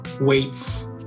Weights